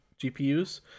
gpus